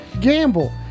gamble